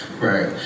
Right